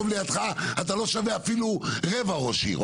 לידך אתה לא שווה אפילו רבע ראש עיר.